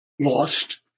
lost